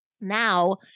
Now